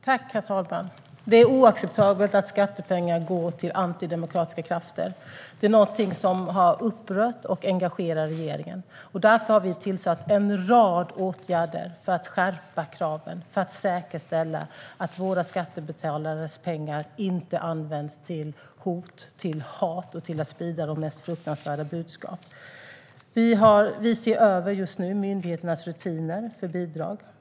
Herr talman! Det är oacceptabelt att skattepengar går till antidemokratiska krafter. Det är något upprör och engagerar regeringen. Därför har vi tillsatt en rad åtgärder, för att skärpa kraven och för att säkerställa att skattebetalarnas pengar inte används till hot, till hat och till att sprida de mest fruktansvärda budskap. Vi ser just nu över myndigheternas rutiner för bidrag.